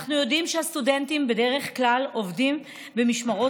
אנחנו יודעים שהסטודנטים בדרך כלל עובדים במשמרות